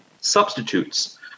substitutes